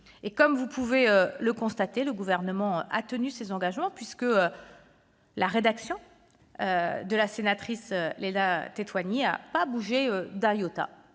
Comme vous pouvez le constater, le Gouvernement a tenu ses engagements, puisque la rédaction proposée par la sénatrice Lana Tetuanui n'a pas bougé d'un iota.